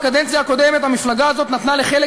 בקדנציה הקודמת המפלגה הזאת נתנה לחלק